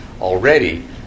already